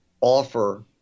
offer